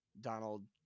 donald